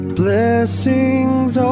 blessings